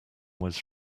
was